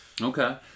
Okay